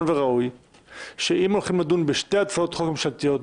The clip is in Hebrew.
וראוי שאם הולכים לדון בשתי הצעות חוק ממשלתיות,